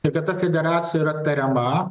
kad ir ta federacija yra tariama